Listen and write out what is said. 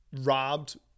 robbed